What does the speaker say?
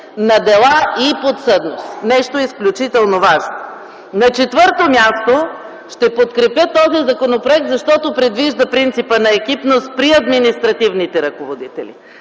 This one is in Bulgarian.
на дела и подсъдност. Нещо изключително важно. На четвърто място, ще подкрепя този законопроект, защото предвижда принципа на екипност при административните ръководители.